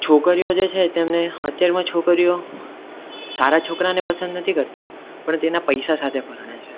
છોકરીઓ જે છે તેમને અત્યારમાં છોકરીઓ સારા છોકરાને પસંદ નથી કરતાં પણ તેના પૈસા સાથે પરણે છે